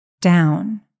down